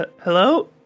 hello